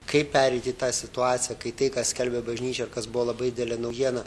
kaip pereit į tą situaciją kai tai ką skelbia bažnyčia kas buvo labai didelė naujiena